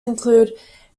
include